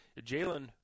Jalen